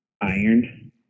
iron